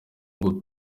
ngo